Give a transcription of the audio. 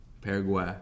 Paraguay